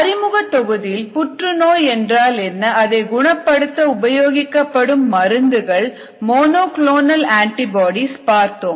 அறிமுக தொகுதியில் புற்றுநோய் என்றால் என்ன அதை குணப்படுத்த உபயோகிக்கப்படும் மருந்துகள் மோனோ கிளோனல் அண்டிபோடீஸ் பார்த்தோம்